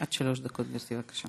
עד שלוש דקות, גברתי, בבקשה.